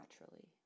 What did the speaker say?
naturally